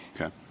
Okay